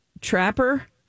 Trapper